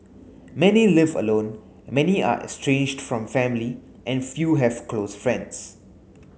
many live alone many are estranged from family and few have close friends